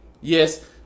Yes